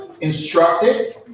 instructed